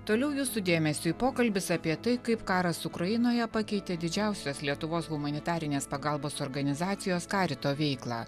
toliau jūsų dėmesiui pokalbis apie tai kaip karas ukrainoje pakeitė didžiausios lietuvos humanitarinės pagalbos organizacijos karito veiklą